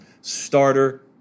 Starter